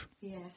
Yes